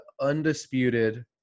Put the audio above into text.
undisputed